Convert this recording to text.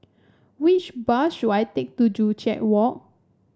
which bus should I take to Joo Chiat Walk